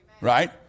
right